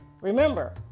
remember